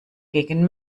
gegen